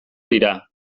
dira